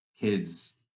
kids